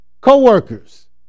Co-workers